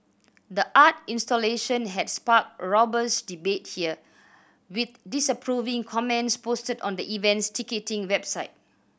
the art installation had sparked robust debate here with disapproving comments posted on the event's ticketing website